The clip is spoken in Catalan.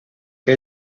que